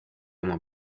oma